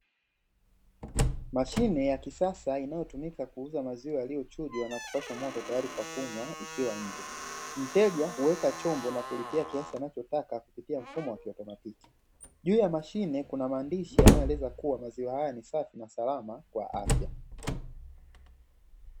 Mashine ya kisasa inayotumika kuuza maziwa yaliyochunjwa na kupashwa moto tayari kwa kunywa ikiwa nje, mteja huweka chombo na kulipia kiasi anachotaka kupitia mfumo wa kiautomatiki; Juu ya mashine kuna maandishi yanayoeleza kuwa maziwa haya ni safi na salama kwa afya.